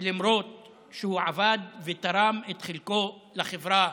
ולמרות שהוא עבד ותרם את חלקו לחברה.